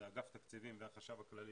זה אגף התקציבים והחשב הכללי,